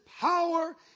power